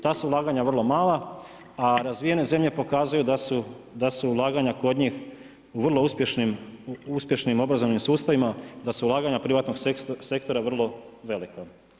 Ta su ulaganja vrlo mala a razvijen zemlje pokazuju da su ulaganja kod njih u vrlo uspješnim obrazovnim sustavima, da su ulaganja privatnog sektora vrlo velika.